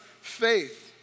faith